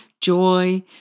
joy